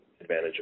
advantage